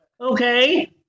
Okay